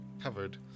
covered